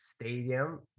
stadium